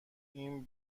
این